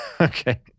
okay